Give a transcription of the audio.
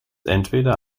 entweder